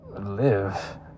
live